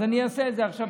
אז אני אעשה את זה עכשיו,